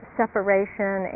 separation